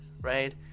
right